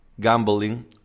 gambling